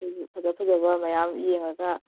ꯑꯩꯈꯣꯏꯁꯨ ꯐꯖ ꯐꯖꯕ ꯃꯌꯥꯝ ꯌꯦꯡꯉꯒ